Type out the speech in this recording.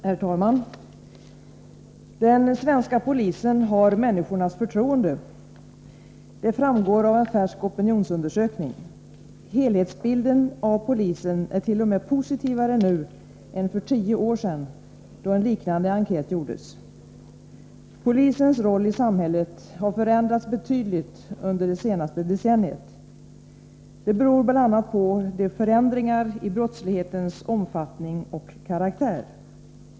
Herr talman! Den svenska polisen har människornas förtroende. Det framgår av en färsk opinionsundersökning. Helhetsbilden av polisen är t.o.m. positivare nu än för 10 år sedan, då en liknande enkät gjordes. Polisens roll i samhället har förändrats betydligt under det senaste decenniet. Det beror bl.a. på de förändringar som skett i brottslighetens omfattning och karaktär.